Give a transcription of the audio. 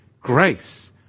grace